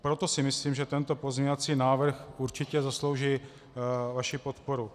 Proto si myslím, že tento pozměňovací návrh určitě zaslouží vaši podporu.